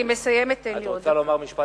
אני מסיימת, תן לי עוד דקה.